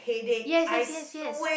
yes yes yes yes